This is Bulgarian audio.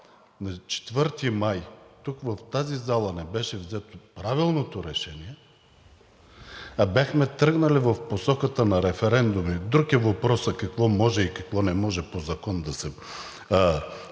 на 4 май тук в тази зала не беше взето правилното решение, а бяхме тръгнали в посоката на референдуми – друг е въпросът: за какво може и за какво не може по закон да се провеждат